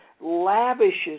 lavishes